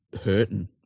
hurting